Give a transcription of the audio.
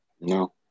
No